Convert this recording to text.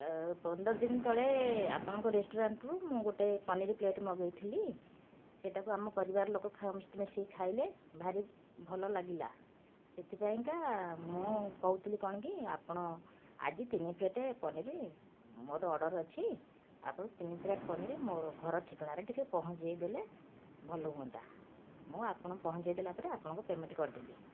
ଏ ପନ୍ଦରଦିନ ତଳେ ଆପଣଙ୍କ ରେଷ୍ଟୁରାଣ୍ଟରୁ ମୁଁ ଗୋଟେ ପନିର୍ ପ୍ଳେଟ୍ ମାଗେଇଥିଲି ସେଇଟାକୁ ଆମ ପରିବାର ଲୋକ ମିଶିକି ଖାଇଲେ ଭାରି ଭଲ ଲାଗିଲା ସେଥିପାଇଁକା ମୁଁ କହୁଥିଲି କ'ଣ କି ଆପଣ ଆଜି ତିନି ପ୍ଲେଟ୍ ପନିର୍ ମୋର ଅର୍ଡ଼ର ଅଛି ଆପଣ ତିନି ପ୍ଲେଟ୍ ପନିର୍ ମୋର ଘର ଠିକଣାରେ ଟିକିଏ ପହଞ୍ଚାଇଦେଲେ ଭଲ ହୁଆନ୍ତା ମୁଁ ଆପଣ ପହଞ୍ଚାଇଦେଲା ପରେ ଆପଣଙ୍କୁ ପେମେଣ୍ଟ କରିଦେବି